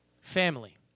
Family